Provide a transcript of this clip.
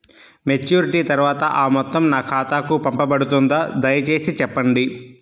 Maturity తర్వాత ఆ మొత్తం నా ఖాతాకు పంపబడుతుందా? దయచేసి చెప్పండి?